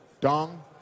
dong